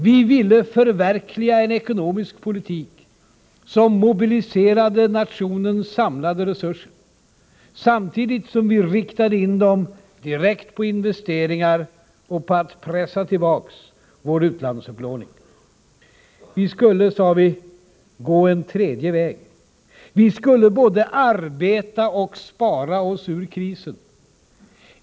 Vi ville förverkliga en ekonomisk politik som mobiliserade nationens samlade resurser, samtidigt som vi riktade in dem direkt på investeringar och på att pressa tillbaka utlandsupplåningen. Vi skulle, sade vi, gå en tredje väg. Vi skulle både arbeta och spara oss ur krisen.